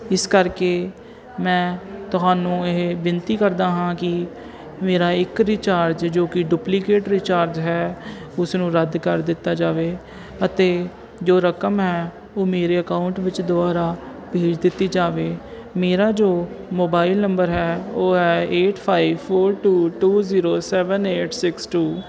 ਇਸ ਕਰਕੇ ਮੈਂ ਤੁਹਾਨੂੰ ਇਹ ਬੇਨਤੀ ਕਰਦਾ ਹਾਂ ਕਿ ਮੇਰਾ ਇੱਕ ਰਿਚਾਰਜ ਜੋ ਕਿ ਡੁਪਲੀਕੇਟ ਰਿਚਾਰਜ ਹੈ ਉਸ ਨੂੰ ਰੱਦ ਕਰ ਦਿੱਤਾ ਜਾਵੇ ਅਤੇ ਜੋ ਰਕਮ ਹੈ ਉਹ ਮੇਰੇ ਅਕਾਊਂਟ ਵਿੱਚ ਦੁਬਾਰਾ ਭੇਜ ਦਿੱਤੀ ਜਾਵੇ ਮੇਰਾ ਜੋ ਮੋਬਾਇਲ ਨੰਬਰ ਹੈ ਉਹ ਹੈ eight five four two two zero seven eight six to